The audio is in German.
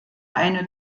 eine